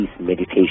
meditation